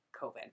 COVID